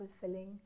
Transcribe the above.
fulfilling